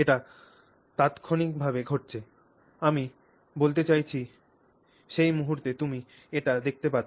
এটি তাৎক্ষণিকভাবে ঘটছে আমি বলতে চাইছি সেই মুহূর্তে তুমি এটি দেখতে পাচ্ছ